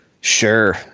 Sure